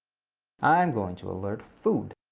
i'm going to alert food.